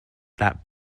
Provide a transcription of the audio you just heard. that